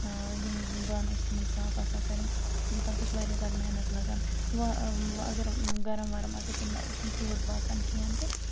ٲں یِم بانہٕ ٲسۍ تِمَن صاف آسان کَرٕنۍ تَتھ ٲسۍ واریاہ زیادٕ محنت لَگان وۄنۍ وۄنۍ اگر گَرَم وَرَم آسہِ ہا تمہِ دۄہ اوس نہٕ تیٚوٗت باسان کِہیٖنۍ تہٕ